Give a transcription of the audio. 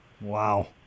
Wow